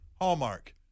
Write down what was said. Hallmark